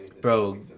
Bro